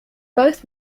both